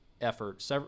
effort